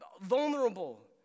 vulnerable